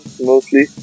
mostly